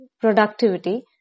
productivity